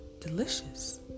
delicious